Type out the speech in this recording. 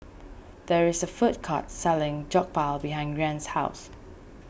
there is a food court selling Jokbal behind Rian's house